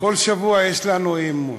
כל שבוע יש לנו אי-אמון,